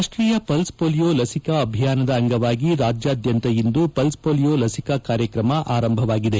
ರಾಷ್ವೀಯ pulse polio ಲಸಿಕಾ ಅಭಿಯಾನದ ಅಂಗವಾಗಿ ರಾಜ್ಯಾದ್ಯಂತ ಇಂದು ಪಲ್ಸ್ ಪೊಲಿಯೋ ಲಸಿಕಾ ಇಂದಿನಿಂದ ಆರಂಭವಾಗಿದೆ